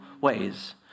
ways